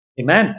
Amen